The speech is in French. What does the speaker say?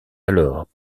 alors